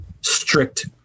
strict